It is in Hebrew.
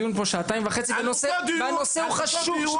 דיון פה שעתיים וחצי והנושא הוא חשוב --- על מה דיון,